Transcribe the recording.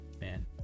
man